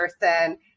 person